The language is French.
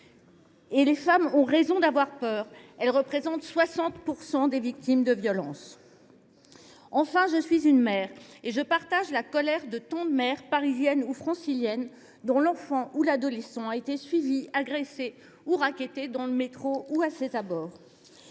Et les femmes ont raison d’avoir peur : elles représentent 60 % des victimes de violences. Enfin, je suis une mère et je partage la colère de tant de mères, parisiennes ou franciliennes, dont l’enfant ou l’adolescent a été suivi, agressé ou racketté dans le métro ou à ses abords.